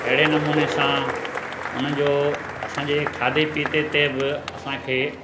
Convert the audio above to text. अहिड़े नमूने सां उन जो असांजे खाधे पीते ते बि असांखे